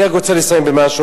אני רוצה לסיים במשהו,